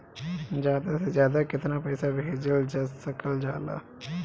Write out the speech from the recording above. ज्यादा से ज्यादा केताना पैसा भेजल जा सकल जाला?